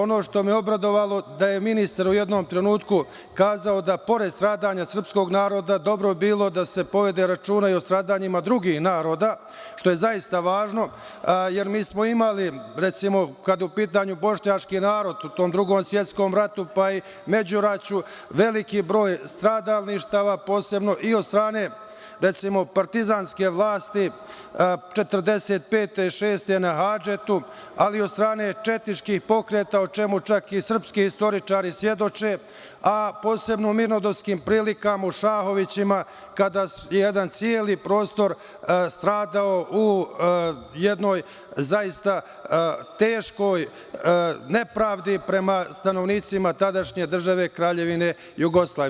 Ono što me je obradovalo to je da je ministar u jednom trenutku rekao da posle stradanja srpskog naroda dobro bi bilo da se povede računa i o stradanjima drugih naroda, što je zaista važno, jer smo imali, recimo, kada je u pitanju bošnjački narod u Drugom svetskom ratu, pa i međuraćju veliki broj stradalništava, posebno i od strane partizanske vlasti 1945. - 1946. godine, na Hadžetu, ali od strane četničkih pokreta o čemu čak i srpski istoričari svedoče, a posebno mirnodopskim prilikama u Šahovićima, kada je jedan celi prostor stradao u jednoj zaista teškoj nepravdi prema stanovnicima tadašnje države Kraljevine Jugoslavije.